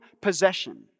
possession